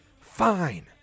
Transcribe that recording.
Fine